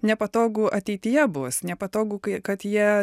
nepatogu ateityje bus nepatogu kai kad jie